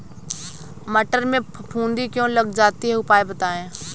मटर में फफूंदी क्यो लग जाती है उपाय बताएं?